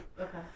Okay